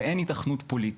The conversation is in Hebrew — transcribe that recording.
ואין היתכנות פוליטית.